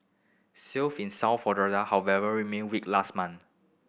in South Florida however remained weak last month